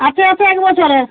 আছে আছে এক বছরের